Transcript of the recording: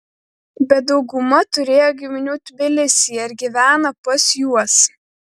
bet dauguma turėjo giminių tbilisyje ir gyvena pas juos